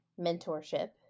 mentorship